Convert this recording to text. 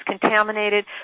contaminated